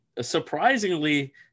Surprisingly